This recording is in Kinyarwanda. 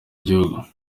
gihugu